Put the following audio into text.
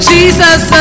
Jesus